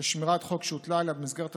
לשמירת חוק שהוטלה עליה במסגרת עבודתה,